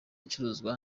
icuruzwa